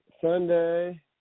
Sunday